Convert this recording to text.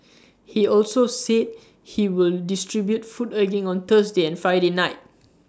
he also said he will distribute food again on Thursday and Friday night